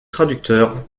traducteur